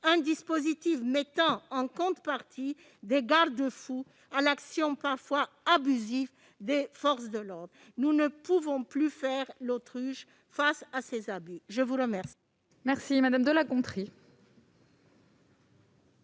un dispositif mettant en place, en contrepartie, des garde-fous à l'action parfois abusive des forces de l'ordre. Nous ne pouvons plus faire l'autruche face à ces abus ... La parole